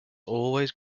always